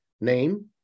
name